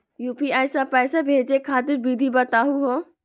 UPI स पैसा भेजै खातिर विधि बताहु हो?